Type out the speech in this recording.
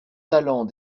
talents